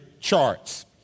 charts